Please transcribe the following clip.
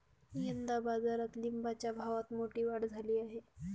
यंदा बाजारात लिंबाच्या भावात मोठी वाढ झाली आहे